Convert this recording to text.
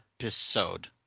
episode